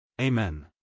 Amen